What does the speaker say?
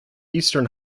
eastern